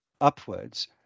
upwards